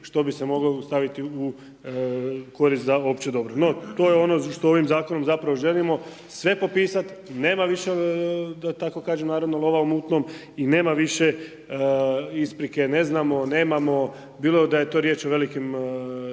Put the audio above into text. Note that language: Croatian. što bi se moglo stavi u korist za opće dobro. No, to je ono što ovim zakonom zapravo želimo sve popisat, nema više da tako kažem naravno lova u mutnom i nema više isprike ne znamo, nemamo bilo da je to riječ i o velikim